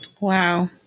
Wow